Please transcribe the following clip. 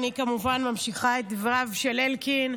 אני כמובן ממשיכה את דבריו של אלקין.